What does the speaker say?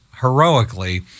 heroically